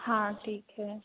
हाँ ठीक है